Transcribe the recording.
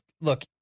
look